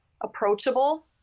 approachable